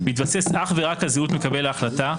בהתבסס אך ורק על זהות מקבל ההחלטה,